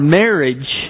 marriage